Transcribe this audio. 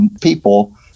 people